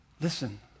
Listen